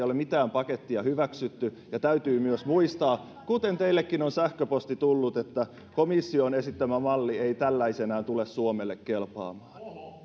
ei ole mitään pakettia hyväksytty ja täytyy myös muistaa kuten teillekin on sähköposti tullut että komission esittämä malli ei tällaisenaan tule suomelle kelpaamaan